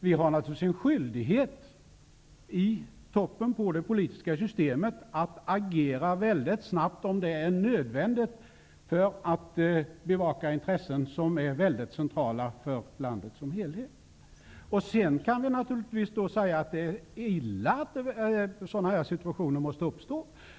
Vi har en skyldighet att i toppen på det politiska systemet agera snabbt om det är nödvändigt, för att bevaka intressen som är centrala för landet som helhet. Sedan kan vi naturligtvis säga att det är illa att sådana situationer uppstår.